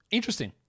Interesting